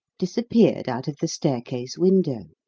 disappeared out of the staircase window.